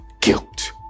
guilt